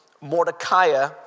Mordecai